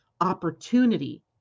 opportunity